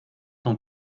ton